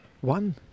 one